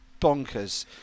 bonkers